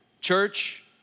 Church